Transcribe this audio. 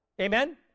Amen